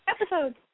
episode